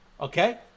Okay